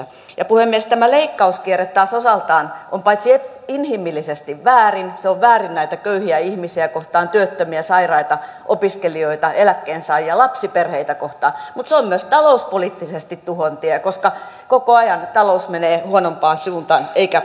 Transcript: ja puhemies tämä leikkauskierre taas on osaltaan paitsi inhimillisesti väärin se on väärin näitä köyhiä ihmisiä kohtaan työttömiä sairaita opiskelijoita eläkkeensaajia lapsiperheitä kohtaan se on myös talouspoliittisesti tuhon tie koska koko ajan talous menee huonompaan suuntaan eikä tarvittavaa kasvua synny